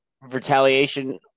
retaliation